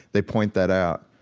they point that out,